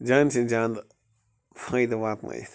زیادٕ سے زیادٕ فٲیدٕ واتہٕ نٲوِتھ